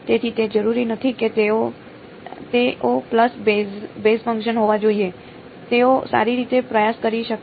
તેથી તે જરૂરી નથી કે તેઓ પલ્સ બેઝ ફંક્શન હોવા જોઈએ તેઓ સારી રીતે પ્રયાસ કરી શકે છે